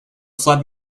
flood